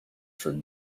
for